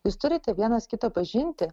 jūs turite vienas kitą pažinti